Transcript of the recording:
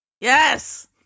Yes